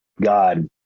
God